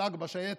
מפל"ג בשייטת,